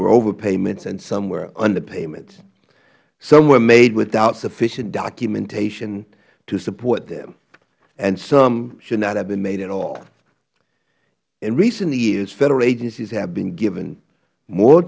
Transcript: were overpayments and some were underpayments some were made without sufficient documentation to support them and some should not have been made at all in recent years federal agencies have been given more